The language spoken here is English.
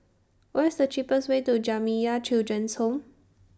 What IS The cheapest Way to Jamiyah Children's Home